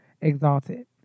exalted